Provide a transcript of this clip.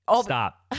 stop